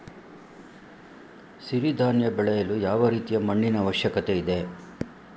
ಸಿರಿ ಧಾನ್ಯ ಬೆಳೆಯಲು ಯಾವ ರೀತಿಯ ಮಣ್ಣಿನ ಅವಶ್ಯಕತೆ ಇದೆ?